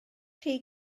chi